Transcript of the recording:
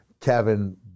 Kevin